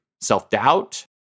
self-doubt